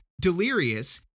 Delirious